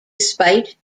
despite